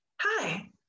hi